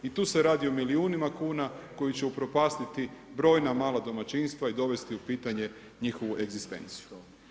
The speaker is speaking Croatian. I tu se radi o milijunima kuna koji će upropastiti brojna mala domaćinstva i dovesti u pitanje njihovu egzistenciju.